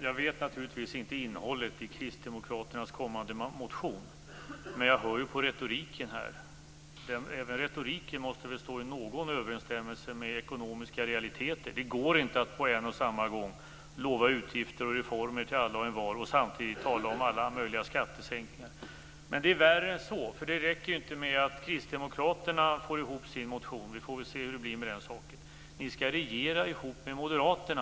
Jag vet naturligtvis inte vad kristdemokraternas kommande motion innehåller. Men jag hör ju retoriken, och även retoriken måste väl stå i någon överensstämmelse med ekonomiska realiteter. Det går inte att på en och samma gång både utlova utgifter och reformer till alla och envar och tala om alla möjliga skattesänkningar. Men det är värre än så. Det räcker inte med att kristdemokraterna får ihop sin motion. Vi får väl se hur det blir med den saken. Ni skall också regera ihop med moderaterna.